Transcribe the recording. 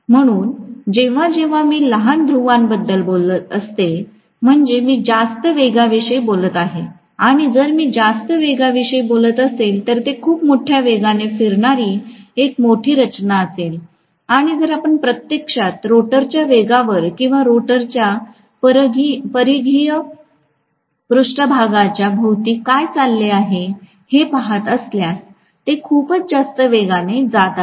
म्हणून जेव्हा जेव्हा मी लहान ध्रुवांबद्दल बोलत असते म्हणजे मी जास्त वेगाविषयी बोलत आहे आणि जर मी जास्त वेगाविषयी बोलत असेल जर ते खूप मोठ्या वेगाने फिरणारी एक मोठी रचना असेल आणि जर आपण प्रत्यक्षात रेटरच्या वेगावर किंवा रोटरच्या परिघीय पृष्ठभागाच्या भोवती काय चालले आहे हे पहात असल्यास ते खूपच जास्त वेगाने जात आहे